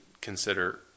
consider